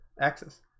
axis